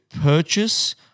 purchase –